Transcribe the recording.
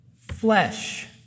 flesh